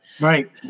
Right